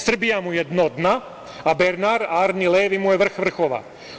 Srbija mu je dno dna, a Bernar Arni Levi mu je vrh vrhova.